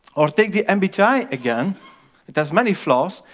or take the mbti again it has many flaws,